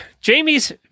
Jamie's